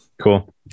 Cool